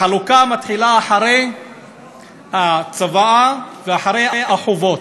החלוקה מתחילה אחרי הצוואה ואחרי החובות.